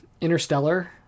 interstellar